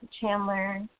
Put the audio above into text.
Chandler